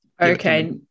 Okay